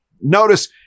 Notice